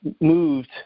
moved